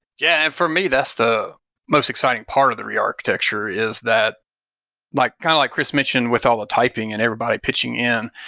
yeah. for me, that's the most exciting part of the rearchitecture is that like kind of like chris mentioned with all the typing and everybody pitching in,